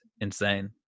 insane